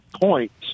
points